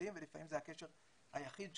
יהודיים ולפעמים זה הקשר היחיד שלהם,